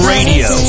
Radio